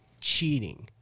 cheating